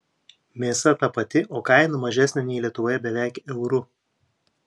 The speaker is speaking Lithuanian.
mėsa ta pati o kaina mažesnė nei lietuvoje beveik euru